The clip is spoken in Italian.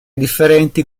differenti